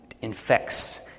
infects